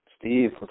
Steve